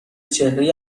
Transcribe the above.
چهره